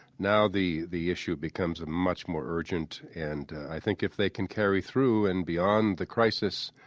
now the the issue becomes much more urgent. and i think if they can carry through, and beyond the crisis,